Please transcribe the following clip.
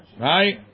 Right